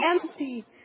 empty